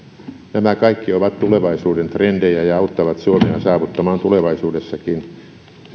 nämä kaikki ovat tulevaisuuden trendejä ja auttavat suomea saavuttamaan tulevaisuudessakin